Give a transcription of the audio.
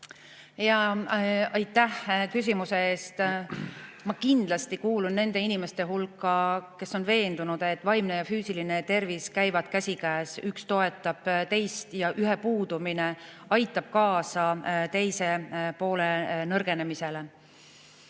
Aitäh küsimuse eest! Ma kindlasti kuulun nende inimeste hulka, kes on veendunud, et vaimne ja füüsiline tervis käivad käsikäes, üks toetab teist ja ühe puudumine aitab kaasa teise poole nõrgenemisele.